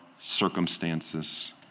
circumstances